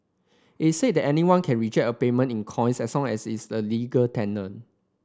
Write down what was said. it say that anyone can reject a payment in coins as long as is the legal tender